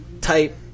type